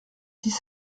dix